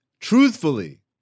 Truthfully